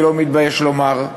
אני לא מתבייש לומר.